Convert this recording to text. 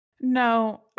No